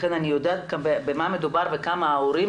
לכן אני יודעת במה מדובר וכמה ההורים